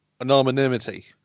anonymity